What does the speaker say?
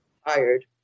hired